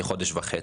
כחודש וחצי.